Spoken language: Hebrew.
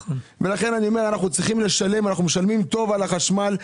לכן אני אומר, אנחנו משלמים טוב על החשמל.